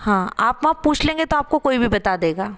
हाँ आप वहाँ पूछ लेंगे तो आपको कोई भी बता देगा